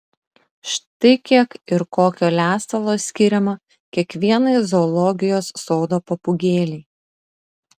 štai kiek ir kokio lesalo skiriama kiekvienai zoologijos sodo papūgėlei